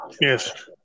Yes